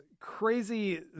Crazy